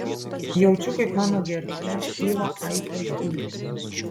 jaučiu kaip mano gerkle kyla aitrios sultys